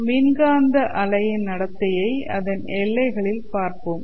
மின்காந்த அலையின் நடத்தையை அதன் எல்லைகளில் பார்ப்போம்